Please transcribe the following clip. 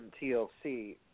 TLC